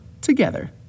together